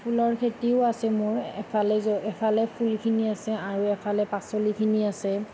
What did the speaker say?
ফুলৰ খেতিও আছে মোৰ এফালে জল এফালে ফুলখিনি আছে আৰু এফালে পাচলিখিনি আছে